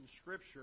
Scripture